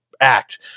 act